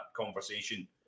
conversation